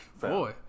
boy